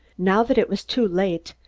now that it was too late,